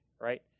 right